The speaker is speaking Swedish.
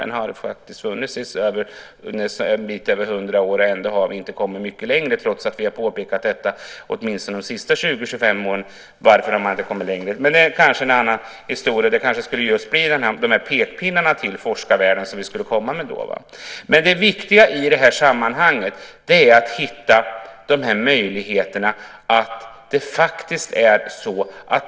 Den har faktiskt funnits en bit över hundra år, och ändå har vi inte kommit längre, trots att vi under de sista 20-25 åren har påpekat detta. Men det kanske skulle innebära just att vi skulle komma med pekpinnar till forskarvärlden. Det viktiga i det här sammanhanget är att hitta möjligheterna.